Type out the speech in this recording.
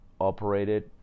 operated